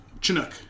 Chinook